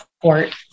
support